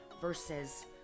versus